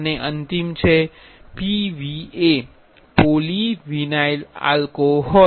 અને અંતિમ છે PVA પોલિવિનાઇલ આલ્કોહોલ